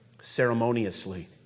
ceremoniously